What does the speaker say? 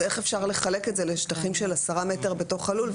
איך אפשר לחלק את זה לשטחים של 10 מטרים בתוך הלול?